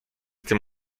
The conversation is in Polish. tym